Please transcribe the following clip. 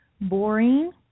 boring